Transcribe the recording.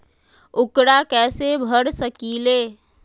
ऊकरा कैसे भर सकीले?